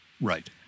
right